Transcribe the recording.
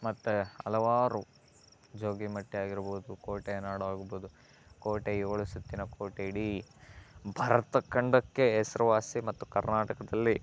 ಮತ್ತೆ ಹಲವಾರು ಜೋಗಿಮಟ್ಟೆ ಆಗಿರ್ಬೋದು ಕೋಟೆಯ ನಾಡು ಆಗಿರ್ಬೋದು ಕೋಟೆ ಏಳು ಸುತ್ತಿನ ಕೋಟೆ ಇಡೀ ಭರತ ಖಂಡಕ್ಕೆ ಹೆಸ್ರುವಾಸಿ ಮತ್ತು ಕರ್ನಾಟಕದಲ್ಲಿ